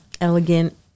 elegant